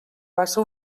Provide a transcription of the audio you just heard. passa